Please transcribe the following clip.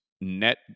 net